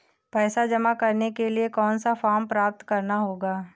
पैसा जमा करने के लिए कौन सा फॉर्म प्राप्त करना होगा?